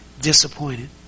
disappointed